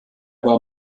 war